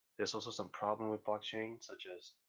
there's also some problem with blockchain such as